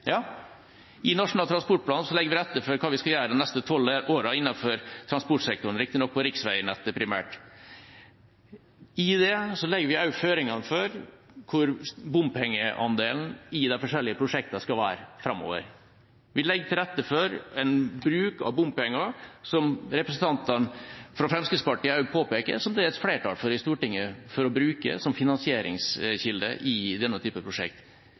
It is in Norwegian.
I Nasjonal transportplan legger vi til rette for hva vi skal gjøre de neste tolv årene innenfor transportsektoren, riktignok primært på riksveinettet. I det legger vi også føringene for bompengeandelen i de forskjellige prosjektene framover. Vi legger til rette for en bruk av bompenger – som representantene fra Fremskrittspartiet også påpeker – som det er et flertall i Stortinget for å bruke som finansieringskilde i denne